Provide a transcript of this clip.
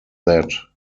that